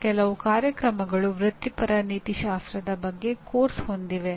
ಕೆಲವು ಕಾರ್ಯಕ್ರಮಗಳು ವೃತ್ತಿಪರ ನೀತಿಶಾಸ್ತ್ರದ ಬಗ್ಗೆ ಪಠ್ಯಕ್ರಮವನ್ನು ಹೊಂದಿವೆ